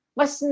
mas